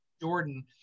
Jordan